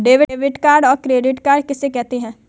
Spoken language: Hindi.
डेबिट या क्रेडिट कार्ड किसे कहते हैं?